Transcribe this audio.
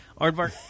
Aardvark